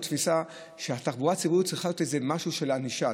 תפיסה שהתחבורה הציבורית צריכה להיות איזה משהו של ענישה.